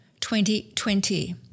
2020